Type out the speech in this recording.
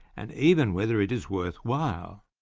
and even whether it is worthwhile.